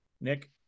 Nick